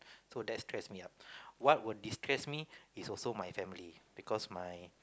so that stress me up what would destress me is also my family because my